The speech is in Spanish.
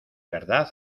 verdad